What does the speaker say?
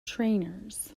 trainers